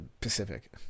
Pacific